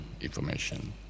information